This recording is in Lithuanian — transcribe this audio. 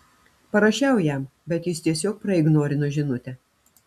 parašiau jam bet jis tiesiog praignorino žinutę